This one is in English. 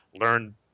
learn